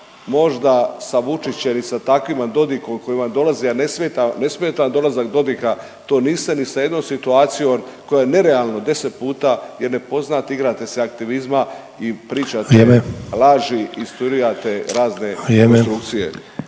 možda sa Vučićem i takvima Dodikom koji vam dolaze, a ne smeta, ne smeta vam dolazak Dodika, to niste ni sa jednom situacijom koja je nerealno 10 puta jer nepoznate, igrate se aktivizma i pričate laži…/Upadica: Vrijeme/…, instruirate razne konstrukcije.